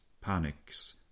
panics